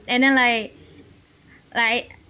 and then like like